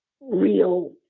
real